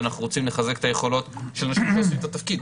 ואנחנו רוצים לחזק את היכולות של אנשים שעושים את התפקיד,